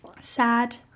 sad